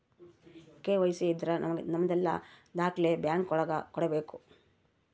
KYC ಇದ್ರ ನಮದೆಲ್ಲ ದಾಖ್ಲೆ ಬ್ಯಾಂಕ್ ಒಳಗ ಕೊಡ್ಬೇಕು